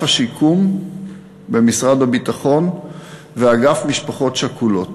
השיקום במשרד הביטחון ואגף משפחות שכולות,